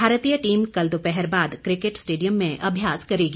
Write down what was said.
भारतीय टीम कल दोपहर बाद क्रिकेट स्टेडियम में अभ्यास करेगी